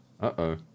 Uh-oh